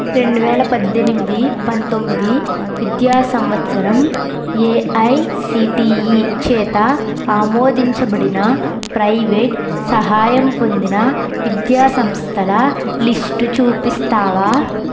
రెండు వేల పద్దెనిమిది పంతొమ్మిది విద్యా సంవత్సరం ఏఐసిటిఈ చేత ఆమోదించబడిన ప్రైవేట్ సహాయం పొందిన విద్యా సంస్థల లిస్టు చూపిస్తావా